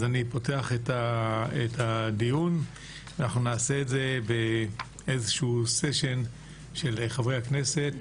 אז אני פותח את הדיון ונעשה את זה בסשן של שמיעת חברי הכנסת